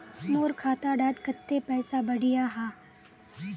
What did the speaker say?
मोर खाता डात कत्ते पैसा बढ़ियाहा?